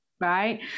Right